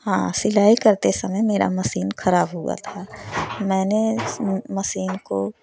हाँ सिलाई करते समय मेरा मशीन खराब हुआ था मैंने मशीन को